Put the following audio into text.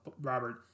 robert